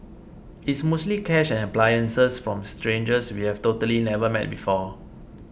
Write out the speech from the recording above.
it's mostly cash and appliances from strangers we have totally never met before